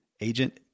agent